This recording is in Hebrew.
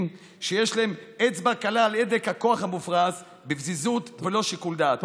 שיש להם אצבע קלה על הדק הכוח המופרז בפזיזות וללא שיקול דעת,